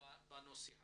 בנושא הזה.